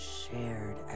shared